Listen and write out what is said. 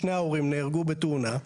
שני ההורים נהרגו בתאונה,